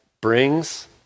brings